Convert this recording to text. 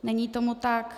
Není tomu tak.